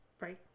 right